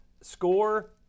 score